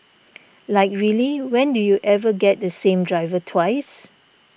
like really when do you ever get the same driver twice